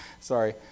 sorry